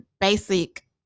basic